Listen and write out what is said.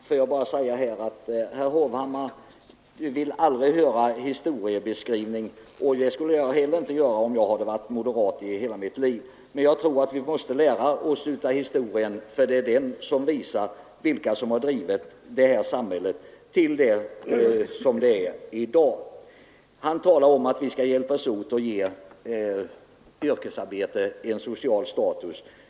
Fru talman! Herr Hovhammar vill aldrig höra en historieskrivning, och det skulle jag inte heller vilja, om jag hade varit moderat i hela mitt liv. Men jag tror att vi måste lära oss av historien, för det är den som visar vilka som drivit/samhället fram till vad det är i dag. Sedan talar herr Hovhammar om att vi skall hjälpas åt att ge yrkesarbetet en bättre social status.